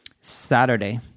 Saturday